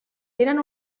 tenen